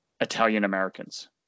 Italian-Americans